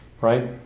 Right